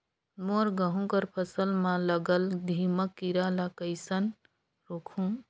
मोर गहूं कर फसल म लगल दीमक कीरा ला कइसन रोकहू?